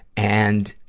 and,